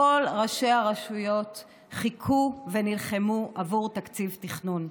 כל ראשי הרשויות חיכו ונלחמו עבור תקציב תכנון,